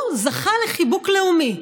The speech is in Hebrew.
זכה לחיבוק לאומי.